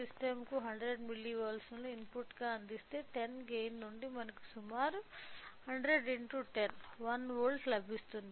సిస్టంకు 100 మిల్లీవోల్ట్లను ఇన్పుట్గా అందిస్తే 10 గైన్ నుండి మనకు సుమారు 100 x 10 1 వోల్ట్ లభిస్తుంది